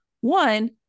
One